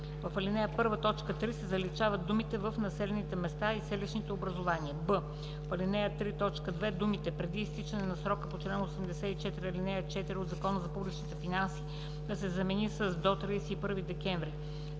в ал. 1, т. 3 се заличават думите „в населените места и селищните образувания“; б) в ал. 3, т. 2 думите „преди изтичане на срока по чл. 84, ал. 4 от Закона за публичните финанси“ да се замени с „до 31 декември“,